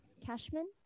Cashman